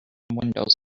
windows